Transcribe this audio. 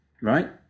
Right